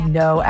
no